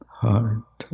heart